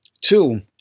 Two